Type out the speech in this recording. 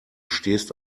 stehst